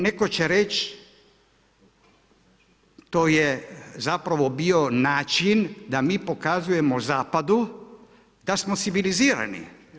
Netko će reći to je zapravo bio način da mi pokazujemo zapadu da smo sibilizirani.